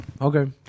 Okay